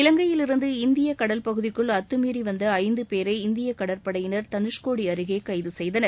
இலங்கையிலிருந்து இந்திய கடல் பகுதிக்குள் அத்துமீறி வந்த ஐந்து பேரை இந்திய கடற்படையினர் தனுஷ்கோடி அருகே கைது செய்தனர்